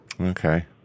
Okay